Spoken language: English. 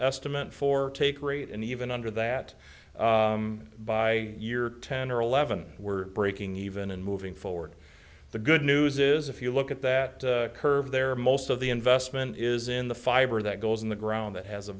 estimate for take rate and even under that by year ten or eleven we're breaking even and moving forward the good news is if you look at that curve there most of the investment is in the fiber that goes in the ground that has a